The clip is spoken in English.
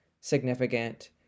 significant